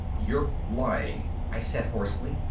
you're lying, i said hoarsely,